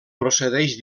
procedeix